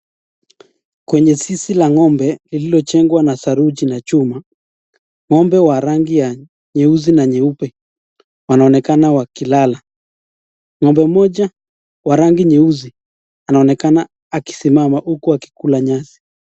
Kwenye zizi la ng'ombe lililojengwa kwa saruji na chuma, ng'ombe wa rangi ya nyeuzi na nyeupe wanaonekana wakilala. Ng'ombe moja wa rangi nyeusi anaonekana akisimama huku akikula nyazi.